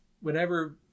whenever